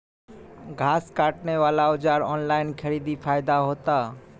घास काटे बला औजार ऑनलाइन खरीदी फायदा होता?